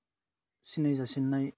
सिनायजासिन्नाय